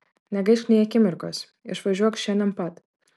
negaišk nė akimirkos išvažiuok šiandien pat